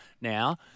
now